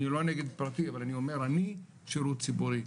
אני לא נגד פרטי אבל אני אומר שירות ציבורי,